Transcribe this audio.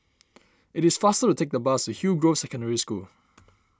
it is faster to take the bus to Hillgrove Secondary School